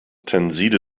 tenside